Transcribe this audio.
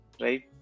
right